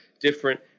different